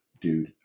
dude